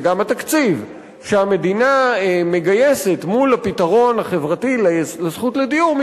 וגם התקציב שהמדינה מגייסת מול הפתרון החברתי לזכות לדיור,